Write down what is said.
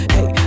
Hey